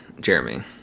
Jeremy